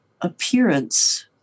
appearance